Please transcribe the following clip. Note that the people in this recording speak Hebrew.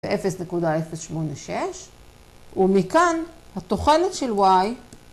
ו-0.086, ומכאן התוכלת של Y